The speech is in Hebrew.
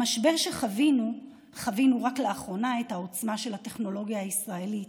במשבר שחווינו חווינו רק לאחרונה את העוצמה של הטכנולוגיה הישראלית.